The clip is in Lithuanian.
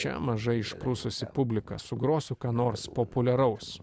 čia mažai išprususi publika sugrosiu ką nors populiaraus